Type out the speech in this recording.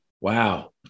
Wow